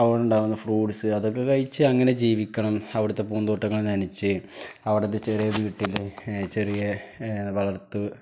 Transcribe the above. അവിടെയുണ്ടാകുന്ന fruits അതൊക്കെ കഴിച്ച് അങ്ങനെ ജീവിക്കണം അവിടുത്തെ പൂന്തോട്ടങ്ങൾ നനച്ച് അവിടുത്തെ ചെറിയ വീട്ടില് ചെറിയ വളർത്തു